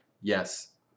yes